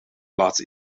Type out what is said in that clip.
laatste